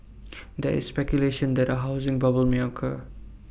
there is speculation that A housing bubble may occur